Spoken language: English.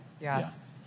Yes